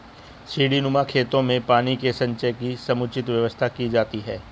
सीढ़ीनुमा खेतों में पानी के संचय की समुचित व्यवस्था की जाती है